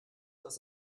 das